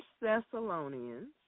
Thessalonians